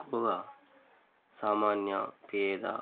ఎక్కువగా సామాన్య పేద